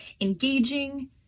engaging